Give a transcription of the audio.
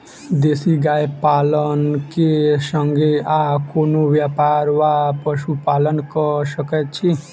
देसी गाय पालन केँ संगे आ कोनों व्यापार वा पशुपालन कऽ सकैत छी?